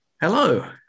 Hello